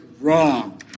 wrong